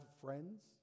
friends